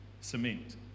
cement